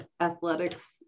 athletics